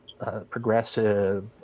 Progressive